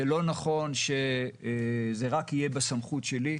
זה לא נכון שזה יהיה רק בסמכות שלי,